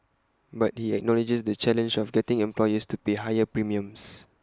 but he acknowledges the challenge of getting employers to pay higher premiums